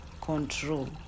control